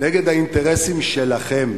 נגד האינטרסים שלכם,